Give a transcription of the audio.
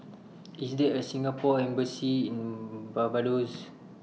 IS There A Singapore Embassy in Barbados